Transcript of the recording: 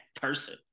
person